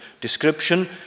description